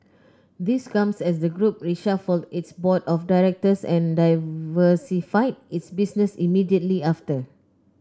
this comes as the group reshuffled its board of directors and diversified its business immediately after